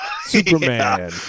Superman